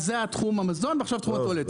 זה היה תחום המזון ועכשיו תחום הטואלטיקה.